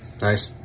nice